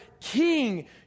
king